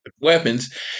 weapons